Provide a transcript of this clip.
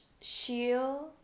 shield